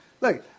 Look